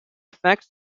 effects